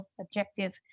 objective